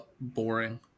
boring